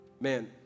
Man